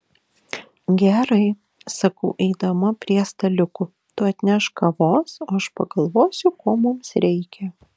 gerai sakau eidama prie staliukų tu atnešk kavos o aš pagalvosiu ko mums reikia